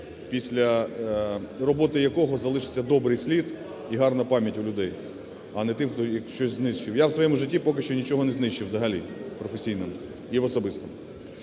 після роботи якого залишиться добрий слід і гарна пам'ять у людей, а не тим, хто щось знищив. Я в своєму житті поки що нічого не знищив взагалі, в професійному, і в особистому.